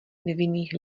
nevinných